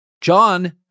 John